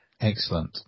Excellent